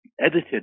edited